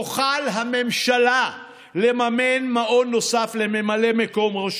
תוכל הממשלה לממן מעון נוסף לממלא מקום ראש